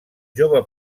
jove